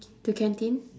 to canteen